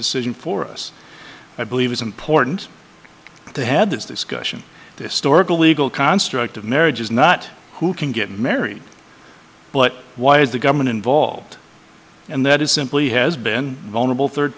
decision for us i believe is important to head this discussion to storage the legal construct of marriage is not who can get married but why is the government involved and that is simply has been vulnerable third